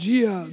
Dia